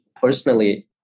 personally